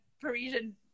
Parisian